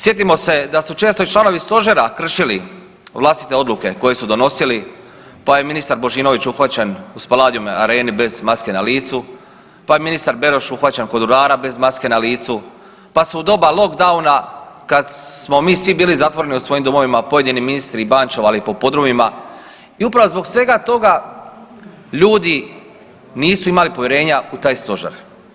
Sjetimo se da su često i članovi stožera kršili vlastite odluke koje su donosili, pa je ministar Božinović uhvaćen u Spaladium areni bez maske na licu, pa je ministar Beroš uhvaćen kod urara bez maske na licu, pa su u doba lockdowna kad smo mi svi bili zatvoreni u svojim domovima pojedini ministri bančovali po podrumima i upravo zbog svega toga ljudi nisu imali povjerenja u taj stožer.